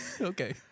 okay